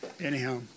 Anyhow